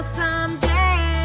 someday